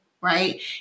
right